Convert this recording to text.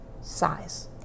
size